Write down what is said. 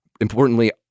Importantly